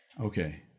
Okay